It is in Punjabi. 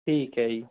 ਠੀਕ ਹੈ ਜੀ